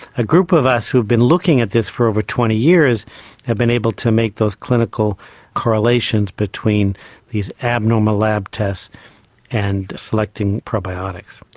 a group of us who have been looking at this for over twenty years have been able to make those clinical correlations between these abnormal lab tests and selecting probiotics.